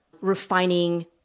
refining